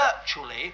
virtually